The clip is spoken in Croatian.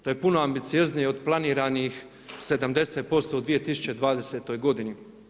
To je puno ambicioznije od planiranih 70% u 2020. godini.